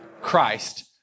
Christ